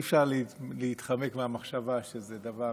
אי-אפשר להתחמק מהמחשבה שזה דבר,